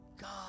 God